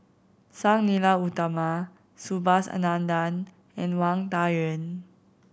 Sang Nila Utama Subhas Anandan and Wang Dayuan